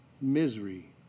misery